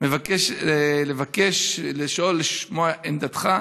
מבקש לשאול, לשמוע את עמדתך.